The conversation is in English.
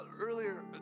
earlier